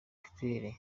claire